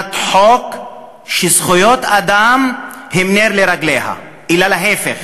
מדינת חוק שזכויות אדם הן נר לרגליה, אלא להפך.